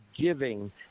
giving